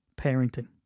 parenting